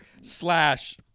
slash